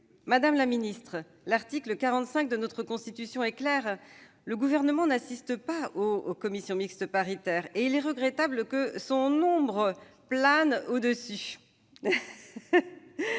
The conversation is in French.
madame la ministre, l'article 45 de notre Constitution est clair : le Gouvernement n'assiste pas aux commissions mixtes paritaires. Il est donc regrettable que son ombre plane sur